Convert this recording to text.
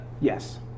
Yes